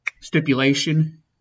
Stipulation